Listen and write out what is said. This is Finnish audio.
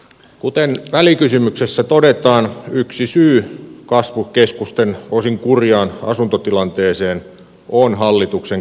kuten välikysymyksessä todetaan yksi syy kasvukeskusten osin kurjaan asuntotilanteeseen on hallituksen keskittävä politiikka